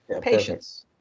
patience